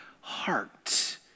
heart